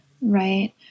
right